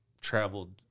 traveled